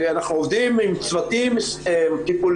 אנחנו עובדים עם צוותים טיפוליים,